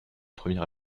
premier